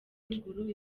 ruguru